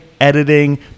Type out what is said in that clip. editing